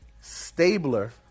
Stabler